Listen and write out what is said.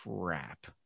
crap